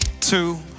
two